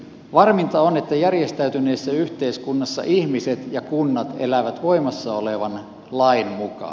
varminta on että järjestäytyneessä yhteiskunnassa ihmiset ja kunnat elävät voimassa olevan lain mukaan